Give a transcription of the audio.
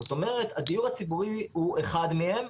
זאת אומרת הדיור הציבורי הוא אחד מהם,